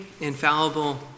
infallible